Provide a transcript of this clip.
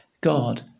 God